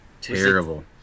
Terrible